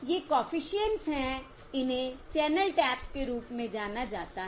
ये कॉफिशिएंट्स हैं इन्हें चैनल टैप्स के रूप में जाना जाता है